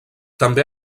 també